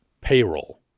payroll